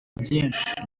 byinshi